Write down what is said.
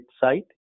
site